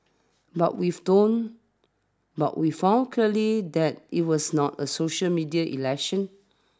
but we've tone but we've found clearly that it was not a social media election